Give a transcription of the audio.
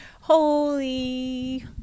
Holy